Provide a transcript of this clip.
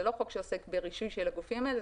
זה לא חוק שעוסק שרישוי של הגופים האלה.